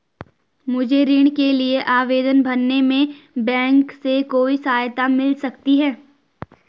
मुझे ऋण के लिए आवेदन भरने में बैंक से कोई सहायता मिल सकती है?